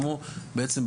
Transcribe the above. כמו בעצם,